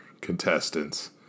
contestants